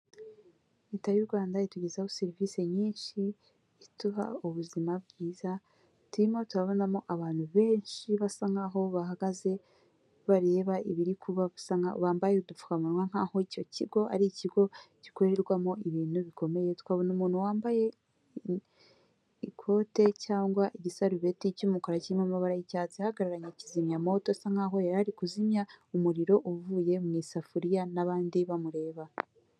Leta y'u rwanda itugezaho serivisi nyinshi iduha ubuzima bwiza ,turimo turabonamo abantu benshi basa nkaho bahagaze bareba ibiri kuba ,bambaye udupfukamunwa nk'aho icyo kigo ari ikigo gikorerwamo ibintu bikomeye ,twabona umuntu wambaye ikote cyangwa igisarubeti cy'umukara kirimo amabara y'icyatsi hagararanye na kizimyamoto asa nkaho yari kuzimya umuriro uvuye mu isafuriya n'abandi bamureba.